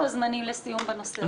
מה הם לוחות הזמנים לסיום בנושא הזה?